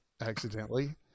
accidentally